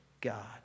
God